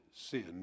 sin